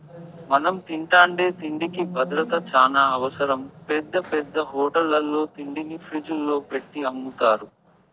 మనం తింటాండే తిండికి భద్రత చానా అవసరం, పెద్ద పెద్ద హోటళ్ళల్లో తిండిని ఫ్రిజ్జుల్లో పెట్టి అమ్ముతారు